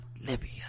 Libya